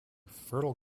fertile